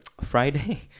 Friday